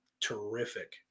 terrific